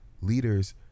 leaders